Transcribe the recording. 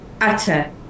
utter